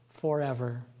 forever